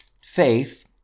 Faith